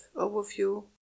overview